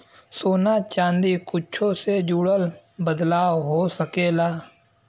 सोना चादी कुच्छो से जुड़ल बदलाव हो सकेला